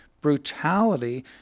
brutality